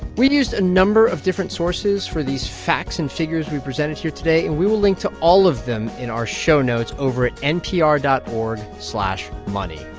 we used a number of different sources for these facts and figures we presented here today, and we will link to all of them in our show notes over at npr dot org slash money.